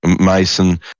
Mason